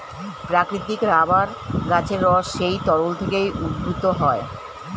প্রাকৃতিক রাবার গাছের রস সেই তরল থেকে উদ্ভূত হয়